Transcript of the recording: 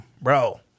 Bro